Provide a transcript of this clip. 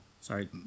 Sorry